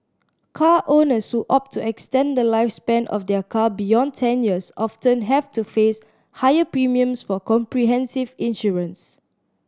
car owners who opt to extend the lifespan of their car beyond ten years often have to face higher premiums for comprehensive insurance